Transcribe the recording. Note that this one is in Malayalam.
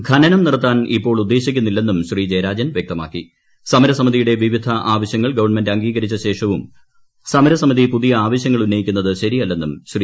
ഖനനം നിർത്താൻ ഇപ്പോൾ ഉദ്ദേശിക്കുന്നില്ലെന്നും സമരസമിതിയുടെ വിവിധ ആവശ്യങ്ങൾ ഗവൺമെന്റ് അംഗീകരിച്ച ശേഷവും സമരസമിതി പുതിയ ആവശ്യങ്ങൾ ഉന്നയിക്കുന്നത് ശരിയല്ലെന്നും ശ്രീ